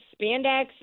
spandex